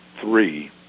three